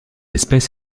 espèce